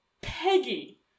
Peggy